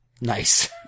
Nice